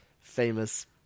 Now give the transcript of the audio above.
famous